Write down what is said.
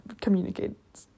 communicate